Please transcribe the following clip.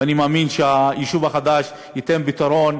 ואני מאמין שהיישוב החדש ייתן פתרון,